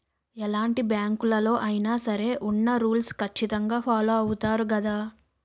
ఎలాంటి బ్యాంకులలో అయినా సరే ఉన్న రూల్స్ ఖచ్చితంగా ఫాలో అవుతారు గదా